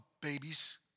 babies